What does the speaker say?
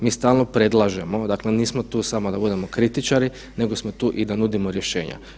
Mi stalno predlažemo, dakle nismo tu samo da budemo kritičari nego smo tu i da nudimo rješenja.